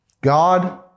God